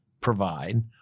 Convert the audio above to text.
provide